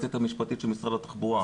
היועצת המשפטית של משרד התחבורה,